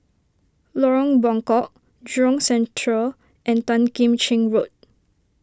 Lorong Buangkok Jurong Central and Tan Kim Cheng Road